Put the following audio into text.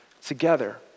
together